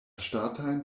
ŝtatajn